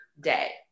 day